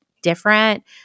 different